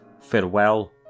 farewell